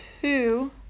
two